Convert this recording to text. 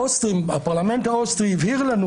הפרלמנט האוסטרי הבהיר לנו